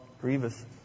grievous